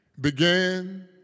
began